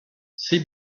ses